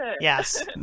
yes